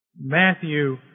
Matthew